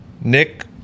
Nick